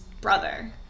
brother